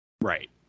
Right